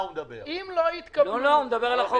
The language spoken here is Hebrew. נושא התיירות עלה בדיונים.